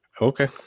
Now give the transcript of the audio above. Okay